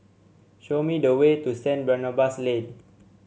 show me the way to Saint Barnabas Lane